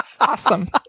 Awesome